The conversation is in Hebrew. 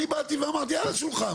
אני באתי ואמרתי על השולחן,